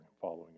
following